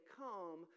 come